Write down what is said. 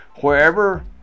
Wherever